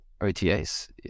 OTAs